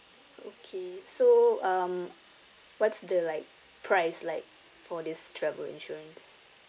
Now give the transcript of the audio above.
okay so um what's the like price like for this travel insurance